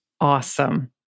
awesome